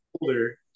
older